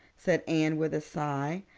said anne with a sigh.